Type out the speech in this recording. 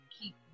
keep